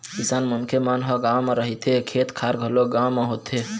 किसान मनखे मन ह गाँव म रहिथे, खेत खार घलोक गाँव म होथे